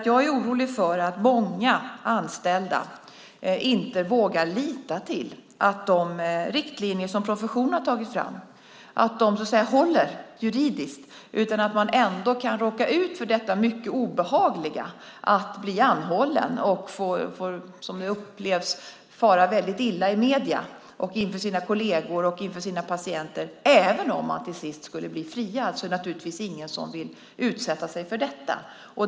Jag är orolig för att många anställda inte vågar lita till att de riktlinjer som professionen har tagit fram håller juridiskt - man kan ändå råka ut för det mycket obehagliga att bli anhållen och fara väldigt illa, som det upplevs, i medierna och inför sina kolleger och sina patienter. Även om man till sist skulle bli friad är det naturligtvis ingen som vill utsätta sig för detta.